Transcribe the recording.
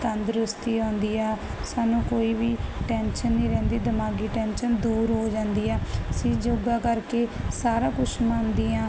ਤੰਦਰੁਸਤੀ ਆਉਂਦੀ ਆ ਸਾਨੂੰ ਕੋਈ ਵੀ ਟੈਨਸ਼ਨ ਨਹੀਂ ਰਹਿੰਦੀ ਦਿਮਾਗੀ ਟੈਂਸ਼ਨ ਦੂਰ ਹੋ ਜਾਂਦੀ ਆ ਅਸੀਂ ਯੋਗਾ ਕਰਕੇ ਸਾਰਾ ਕੁਛ ਮਨ ਦੀਆਂ